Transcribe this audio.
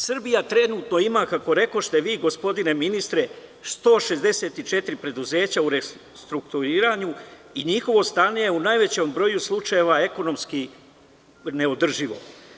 Srbija trenutno ima, kako rekoste vi, gospodine ministre, 164 preduzeća u restrukturiranju i njihovo stanje je u najvećem broju slučajeva ekonomski neodrživo.